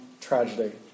tragedy